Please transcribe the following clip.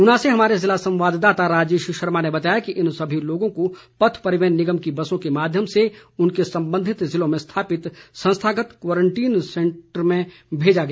ऊना से हमारे ज़िला संवाददाता राजेश शर्मा ने बताया कि इन सभी लोगों को पथ परिवहन निगम की बसों के माध्यम से उनके संबंधित जिलों में स्थापित संस्थागत क्वारंटीन केन्द्रों के लिए भेजा गया